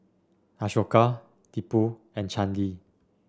Ashoka Tipu and Chandi